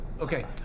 Okay